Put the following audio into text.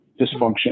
dysfunction